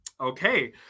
Okay